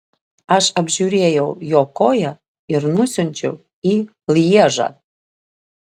aš apžiūrėjau jo koją ir nusiunčiau į lježą